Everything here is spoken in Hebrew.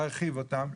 להרחיב אותן,